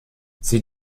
sie